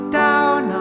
down